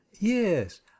yes